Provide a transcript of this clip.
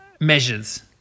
measures